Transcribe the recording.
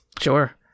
Sure